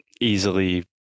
easily